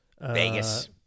Vegas